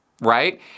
right